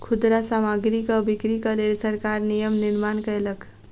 खुदरा सामग्रीक बिक्रीक लेल सरकार नियम निर्माण कयलक